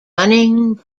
running